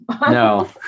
no